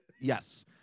Yes